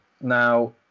now